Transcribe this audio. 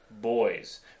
boys